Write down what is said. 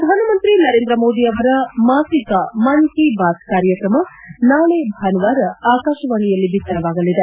ಪ್ರಧಾನಮಂತ್ರಿ ನರೇಂದ್ರ ಮೋದಿ ಅವರು ಮಾಸಿಕ ಮನ್ ಕಿ ಬಾತ್ ಕಾರ್ಯಕ್ರಮ ನಾಳೆ ಭಾನುವಾರ ಆಕಾಶವಾಣಿಯಲ್ಲಿ ಬಿತ್ತರವಾಗಲಿದೆ